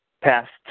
Past